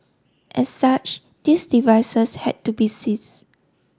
as such these devices had to be seize